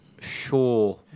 sure